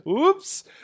Oops